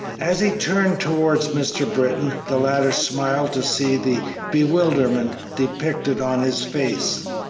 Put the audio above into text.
as he turned towards mr. britton the latter smiled to see the bewilderment depicted on his face.